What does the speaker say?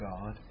God